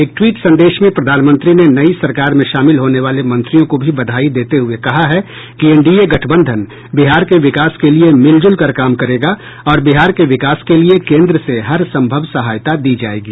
एक ट्वीट संदेश में प्रधानमंत्री ने नई सरकार में शामिल होने वाले मंत्रियों को भी बधाई देते हुए कहा है कि एनडीए गठबंधन बिहार के विकास के लिये मिलजुल कर काम करेगा और बिहार के विकास के लिये केन्द्र से हरसंभव सहायता दी जायेगी